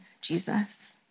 Jesus